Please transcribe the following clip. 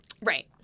Right